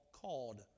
called